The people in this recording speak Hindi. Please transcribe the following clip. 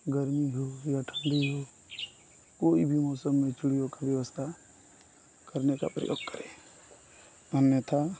गर्मी हो या ठंडी हो कोई भी मौसम में चिड़ियों का व्यवस्था करने का प्रयोग करें अन्यतः